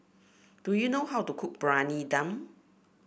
do you know how to cook Briyani Dum